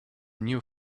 new